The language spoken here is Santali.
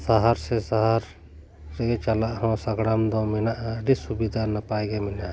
ᱥᱟᱦᱟᱨ ᱥᱮ ᱥᱟᱦᱟᱨ ᱨᱮᱜᱮ ᱪᱟᱞᱟᱜ ᱦᱚᱸ ᱥᱟᱜᱽᱲᱟᱢ ᱫᱚ ᱢᱮᱱᱟᱜᱼᱟ ᱟᱹᱰᱤ ᱥᱩᱵᱤᱫᱟ ᱱᱟᱯᱟᱭ ᱜᱮ ᱢᱮᱱᱟᱜᱼᱟ